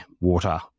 water